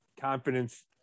confidence